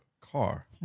car